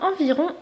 environ